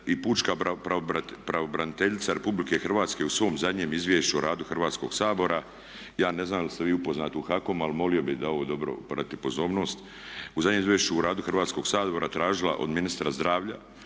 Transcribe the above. i pučka pravobraniteljica Republike Hrvatske u svom zadnjem izvješću o radu Hrvatskoga sabora, ja ne znam da li ste vi upoznati u HAKOM-u ali molio bih da ovo dobro obratite pozornost, u zadnjem Izvješću o radu Hrvatskoga sabora tražila od ministra zdravlja